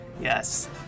Yes